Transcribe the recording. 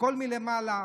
הכול מלמעלה.